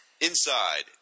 Inside